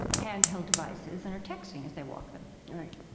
and handheld devices and are texting as they walk them right